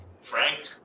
Frank